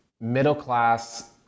middle-class